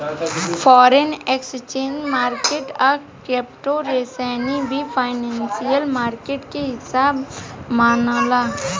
foreign exchange market आ crypto currency भी financial market के हिस्सा मनाला